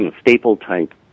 staple-type